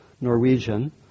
Norwegian